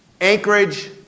Anchorage